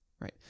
right